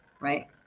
right